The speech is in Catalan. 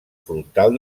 frontal